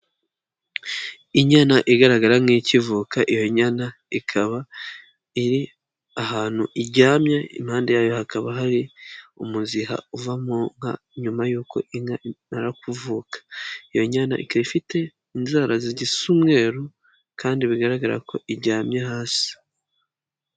Inyana igaragara nk'ikivuka, iyo nyana ikaba iri ahantu iryamye, impande yayo hakaba hari umuziha uva mu nka nyuma y'uko inka imara kuvuka, iyo nyana ikaba ifite inzara zigisa umweru kandi bigaragara ko iryamye hasi.